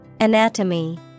Anatomy